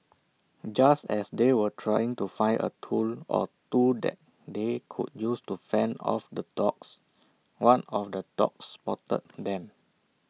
just as they were trying to find A tool or two that they could use to fend off the dogs one of the dogs spotted them